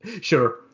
Sure